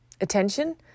attention